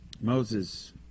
Moses